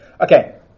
Okay